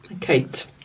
Kate